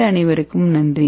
கேட்ட அனைவருக்கும் நன்றி